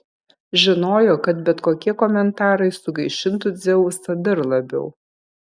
žinojo kad bet kokie komentarai sugaišintų dzeusą dar labiau